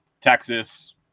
Texas